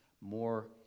more